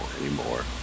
anymore